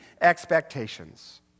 expectations